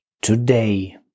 today